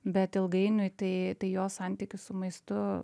bet ilgainiui tai tai jo santykis su maistu